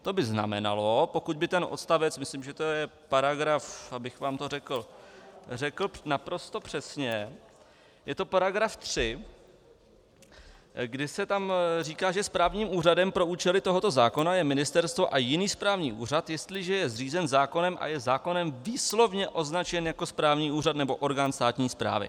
To by znamenalo, pokud by ten odstavec myslím, že to je paragraf, abych vám to řekl naprosto přesně, je to § 3, kdy se tam říká, že správním úřadem pro účely tohoto zákona je ministerstvo a jiný správní úřad, jestliže je zřízen zákonem a je zákonem výslovně označen jako správní úřad nebo orgán státní správy.